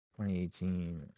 2018